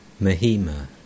Mahima